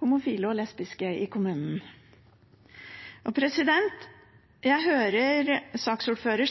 homofile og lesbiske i kommunen. Jeg hører